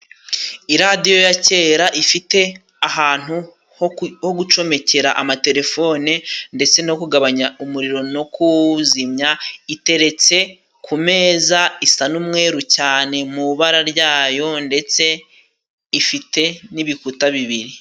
Iradiyo ya kera ifite ahantu ho ho gucomekera amatelefone ndetse no kugabanya umuriro no kuwuzimya iteretse ku meza isa n'umweruru cyane mu ibara ryayo ndetse ifite n'ibikuta bibiri.